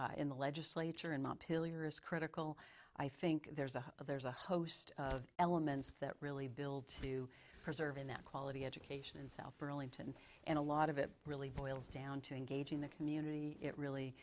advocacy in the legislature and not hillier is critical i think there's a there's a host of elements that really build to preserving that quality education in south burlington and a lot of it really boils down to engaging the community it really